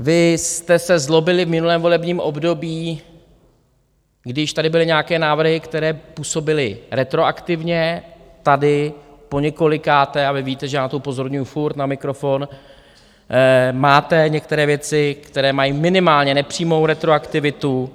Vy jste se zlobili v minulém volebním období, když tady byly nějaké návrhy, které působily retroaktivně, tady poněkolikáté, a vy víte, že na to upozorňuji pořád na mikrofon, máte některé věci, které mají minimálně nepřímou retroaktivitu.